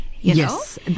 Yes